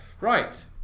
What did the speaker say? Right